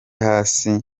hasi